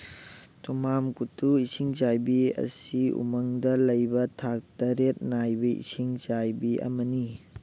ꯊꯨꯃꯥꯝꯀꯨꯇꯨ ꯏꯁꯤꯡꯆꯥꯏꯕꯤ ꯑꯁꯤ ꯎꯃꯪꯗ ꯂꯩꯕ ꯊꯥꯛ ꯇꯔꯦꯠ ꯅꯥꯏꯕꯤ ꯏꯁꯤꯡꯆꯥꯏꯕꯤ ꯑꯃꯅꯤ